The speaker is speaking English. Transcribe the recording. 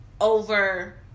over